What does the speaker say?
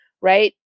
right